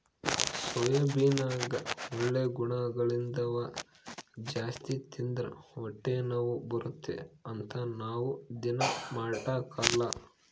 ಸೋಯಾಬೀನ್ನಗ ಒಳ್ಳೆ ಗುಣಗಳಿದ್ದವ ಜಾಸ್ತಿ ತಿಂದ್ರ ಹೊಟ್ಟೆನೋವು ಬರುತ್ತೆ ಅಂತ ನಾವು ದೀನಾ ಮಾಡಕಲ್ಲ